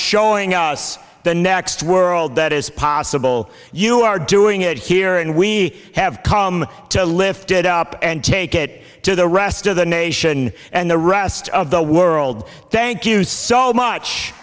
showing us the next world that is possible you are doing it here and we have come to lift it up and take it to the rest of the nation and the rest of the world thank you so much